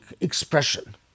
expression